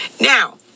Now